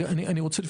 מובנה